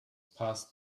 past